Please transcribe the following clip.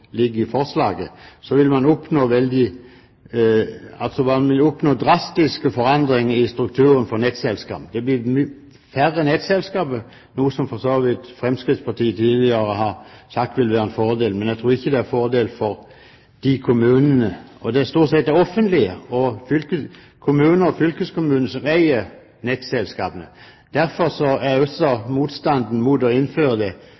ligger i forslaget, vil man oppnå drastiske forandringer i strukturen for nettselskapene. Det blir færre nettselskap, noe som for så vidt Fremskrittspartiet tidligere har sagt vil være en fordel, men jeg tror ikke det er en fordel for kommunene. Det er stort sett det offentlige, kommuner og fylkeskommuner, som eier nettselskapene. Derfor er også motstanden fra bransjen mot å innføre den svært sterk, både fra de